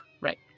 Right